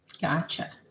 Gotcha